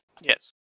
Yes